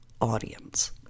audience